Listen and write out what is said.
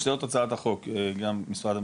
זאת הצעת החוק, גם משרד המשפטים,